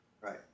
Right